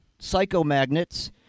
psychomagnets